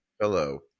hello